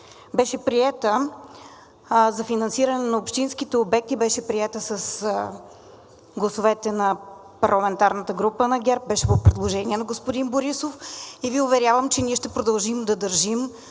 беше приета за финансиране на общинските обекти, беше приета с гласовете на парламентарната група на ГЕРБ, беше по предложение на господин Борисов и Ви уверявам, че ние ще продължим да държим